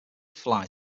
fly